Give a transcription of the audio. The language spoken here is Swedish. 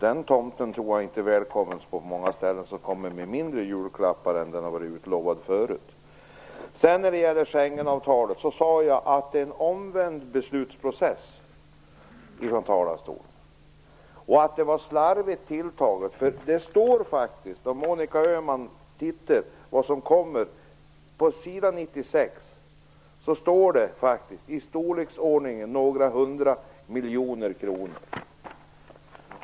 Den tomte som kommer med mindre julklappar än han lovat förut tror jag inte är välkommen på så många ställen. I fråga om Schengenavtalet sade jag att det är en omvänd beslutsprocess och att siffrorna var slarvigt tilltagna. På s. 96 står det faktiskt "i storleksordningen några hundra miljoner kronor".